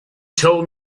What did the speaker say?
told